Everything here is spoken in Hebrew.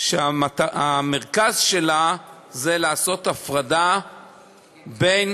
שהמרכז שלה זה לעשות הפרדה בין